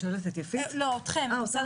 בשנת